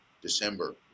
December